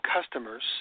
customers